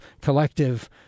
collective